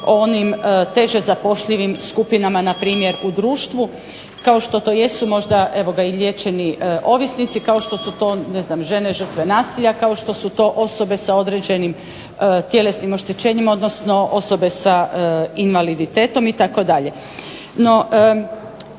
o onim teže zapošljivim skupinama npr. u društvu, kao što to jesu možda evo ga i liječeni ovisnici, kao što su to ne znam žene žrtve nasilja, kao što su to osobe sa određenim tjelesnim oštećenjima, odnosno osobe sa invaliditetom itd.